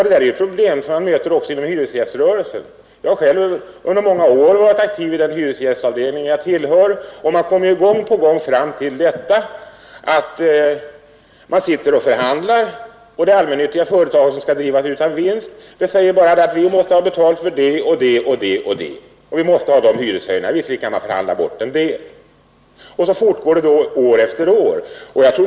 Dessa problem finns också inom hyresgäströrelsen — jag har själv under många år varit aktiv inom den hyresgästavdelning jag tillhör. Man sitter och förhandlar, och det allmännyttiga bostadsföretaget, som skall drivas utan vinst, säger att företaget måste ha betalt för vissa kostnader och att en hyreshöjning måste ske. Visserligen kan man förhandla bort en del kostnader, men på detta sätt fortgår hyreshöjningarna år efter år.